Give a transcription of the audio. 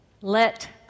let